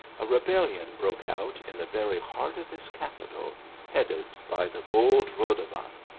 a rebellion broke out in the very heart of his capital headed by the bold rodovan.